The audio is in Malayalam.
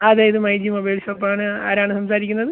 അതെ ഇത് മൈജി മൊബൈൽ ഷോപ്പ് ആണ് ആരാണ് സംസാരിക്കുന്നത്